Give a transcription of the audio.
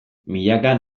milaka